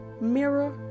mirror